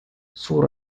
suur